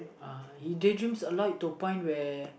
uh he daydreams a lot to the point where